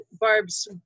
Barb's